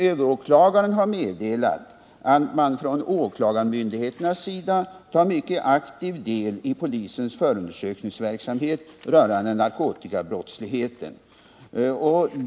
Överåklagaren har meddelat att man från åklagarmyndigheternas sida tar mycket aktiv del i polisens förundersökningsverksamhet rörande narkotikabrottslighet.